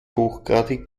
hochgradig